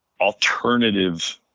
alternative